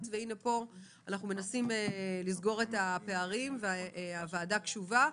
והנה כאן אנחנו מנסים לסגור את הפערים והוועדה קשובה.